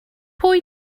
pwy